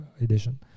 edition